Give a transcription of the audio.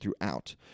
throughout